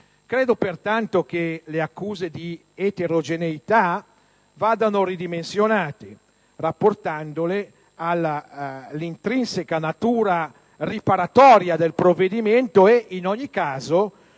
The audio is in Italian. Credo, pertanto, che le accuse di eterogeneità vadano ridimensionate rapportandole all'intrinseca natura "riparatoria" del provvedimento e, in ogni caso,